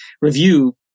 review